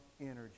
energy